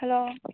hello